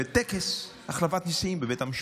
בטקס החלפת נשיאים בבית המשפט.